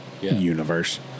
universe